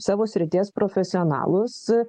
savo srities profesionalus